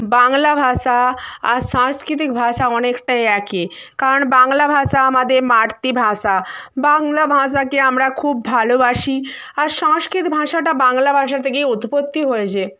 বাংলা ভাষা আর সাংস্কৃতিক ভাষা অনেকটাই একই কারণ বাংলা ভাষা আমাদের মাতৃভাষা বাংলা ভাষাকে আমরা খুব ভালোবাসি আর সংস্কৃত ভাষাটা বাংলা ভাষার থেকেই উৎপত্তি হয়েছে